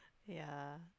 ya